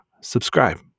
subscribe